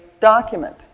document